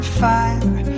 fire